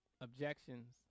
objections